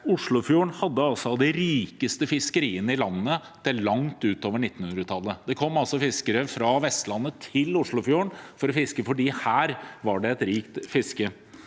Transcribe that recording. Oslofjorden hadde et av de rikeste fiskeriene i landet til langt utover 1900-tallet. Det kom fiskere fra Vestlandet til Oslofjorden for å fiske, for her var det rikt fiske.